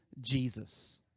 Jesus